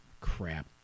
crap